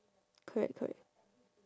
correct correct